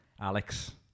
Alex